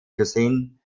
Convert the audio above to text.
cuisine